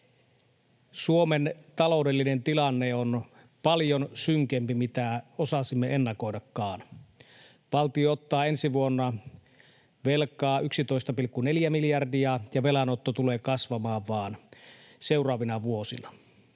Suomen taloudellinen tilanne on paljon synkempi kuin mitä osasimme ennakoidakaan. Valtio ottaa ensi vuonna velkaa 11,4 miljardia, ja velanotto tulee vaan kasvamaan seuraavina vuosina.